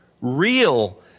real